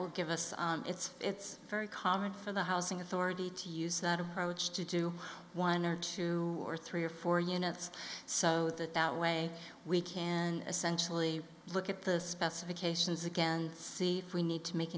will give us a it's it's very common for the housing authority to use that approach to do one or two or three or four units so that that way we can essentially look at the specifications again and see if we need to make